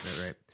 right